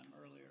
earlier